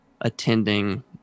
attending